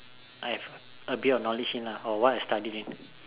I've have a bit of knowledge in lah or what I study in